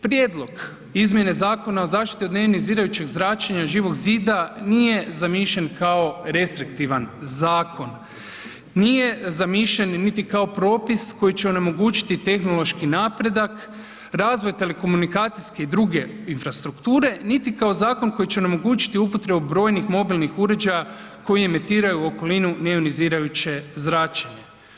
Prijedlog izmjene Zakona o zaštiti od neionizirajućeg zračenja Živog zida nije zamišljen kao restrektivan zakon, nije zamišljen niti kao propis koji će onemogućiti tehnološki napredak, razvoj telekomunikacijske i druge infrastrukture, niti kao zakon koji će onemogućiti upotrebu brojnih mobilnih uređaja koji emitiraju okolinu neionizirajuće zračenje.